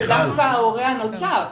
זה דווקא ההורה הנותר.